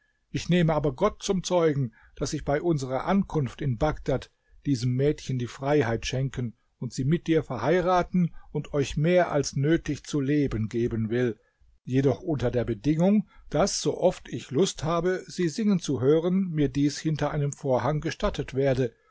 ich nehme aber gott zum zeugen daß ich bei unserer ankunft in bagdad diesem mädchen die freiheit schenken und sie mit dir verheiraten und euch mehr als nötig zu leben geben will jedoch unter der bedingung daß sooft ich lust habe sie singen zu hören mir dies hinter einem vorhang gestattet werde